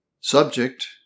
Subject